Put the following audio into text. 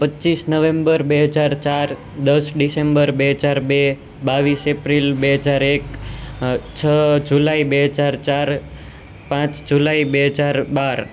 પચીસ નવેમ્બર બે હજાર ચાર દસ ડિસેમ્બર બે હજાર બે બાવીસ એપ્રિલ બે હજાર એક છ જુલાઇ બે હજાર ચાર પાંચ જુલાઇ બે હજાર બાર